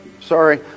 sorry